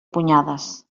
punyades